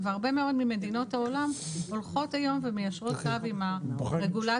הרבה ממדינות העולם הולכות היום ומיישרות קו עם הרגולציה